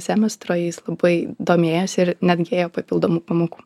semestro jis labai domėjosi ir netgi ėjo papildomų pamokų